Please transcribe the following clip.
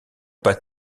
pas